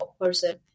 person